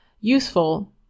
useful